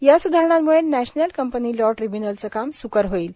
या स्धारणांम्ळे national company law ट्रिब्यूनलचे काम स्कर होईल